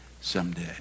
someday